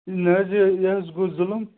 نَہ حَظ یہِ یہِ حَظ گوو ظُلُم